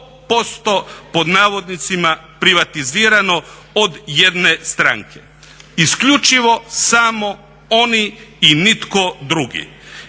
100% pod navodnicima privatizirano od jedne stranke, isključivo samo oni i nitko drugi